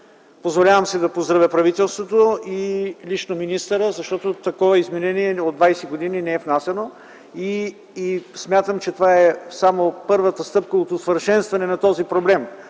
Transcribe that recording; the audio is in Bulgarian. Позволявам си да поздравя правителството и лично министъра, защото такова изменение не е внасяно от 20 години. Смятам, че това е само първата стъпка от усъвършенстването на този проблем.